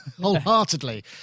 wholeheartedly